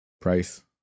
price